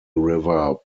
river